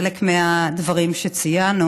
לחלק מהדברים שציינו,